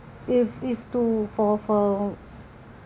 if if to for for